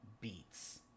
beats